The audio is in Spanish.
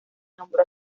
nombró